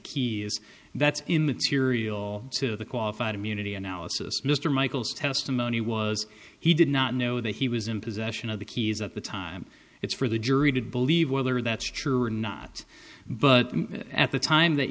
keys that's in that serial to the qualified immunity analysis mr michaels testimony was he did not know that he was in possession of the keys at the time it's for the jury to believe whether that's true or not but at the time that